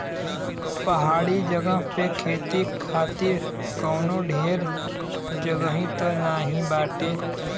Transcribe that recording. पहाड़ी जगह पे खेती खातिर कवनो ढेर जगही त नाही बाटे